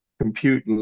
Compute